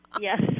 Yes